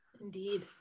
Indeed